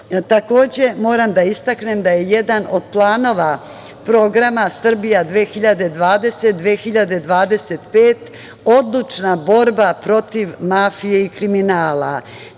jednaki. Moram da istaknem da je jedan od planova programa „Srbija 2020-2025“ odlučna borba protiv mafije i kriminala.